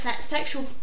sexual